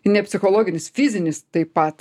ne psichologinis fizinis taip pat